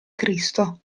cristo